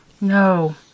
No